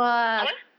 apa